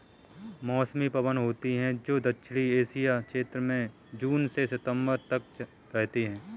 मौसमी पवन होती हैं, जो दक्षिणी एशिया क्षेत्र में जून से सितंबर तक रहती है